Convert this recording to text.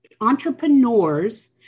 entrepreneurs